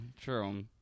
true